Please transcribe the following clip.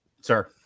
sir